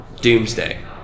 Doomsday